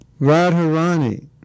Radharani